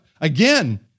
Again